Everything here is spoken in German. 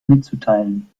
mitzuteilen